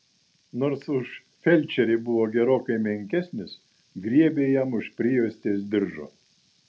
nors už felčerį buvo gerokai menkesnis griebė jam už prijuostės diržo